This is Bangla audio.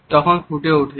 তখন ফুটে উঠে